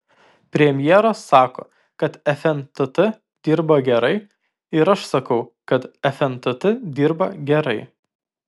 premjeras sako kad fntt dirba gerai ir aš sakau kad fntt dirba gerai